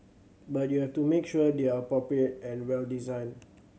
but you have to make sure they're appropriate and well designed